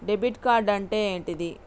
Debit card అంటే ఏంటిది?